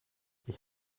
ich